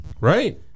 Right